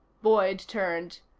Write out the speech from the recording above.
boyd turned.